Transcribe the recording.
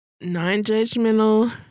Non-judgmental